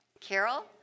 Carol